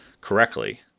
correctly